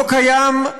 לא קיים,